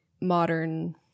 modern